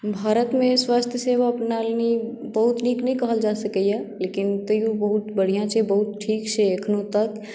भारतमे स्वास्थ्य सेवा प्रणाली बहुत नीक नहि कहल जा सकैया लेकिन तैयो बहुत बढ़िऑं छै बहुत ठीक छै एखनो तक